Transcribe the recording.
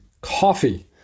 coffee